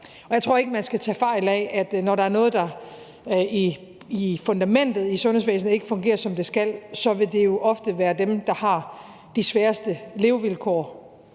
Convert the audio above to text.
jeg tror ikke, man skal tage fejl af, at når noget i fundamentet i sundhedsvæsenet ikke fungerer, som det skal, så vil det jo ofte være dem, der har de sværeste levevilkår